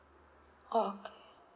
okay